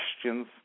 questions